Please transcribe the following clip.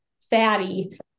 fatty